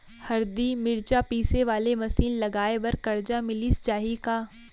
हरदी, मिरचा पीसे वाले मशीन लगाए बर करजा मिलिस जाही का?